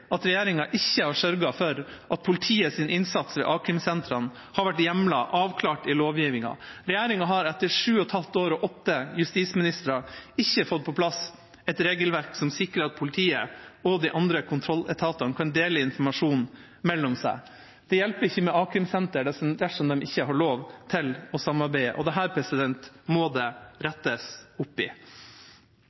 at regjeringa ikke har sørget for at politiets innsats ved a-krimsentrene har vært hjemlet, avklart i lovgivninga. Regjeringa har etter sju og et halvt år og åtte justisministere ikke fått på plass et regelverk som sikrer at politiet og de andre kontrolletatene kan dele informasjon mellom seg. Det hjelper ikke med a-krimsentre dersom de ikke har lov til å samarbeide, og dette må det rettes opp i.